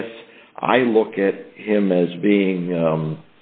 guess i look at him as being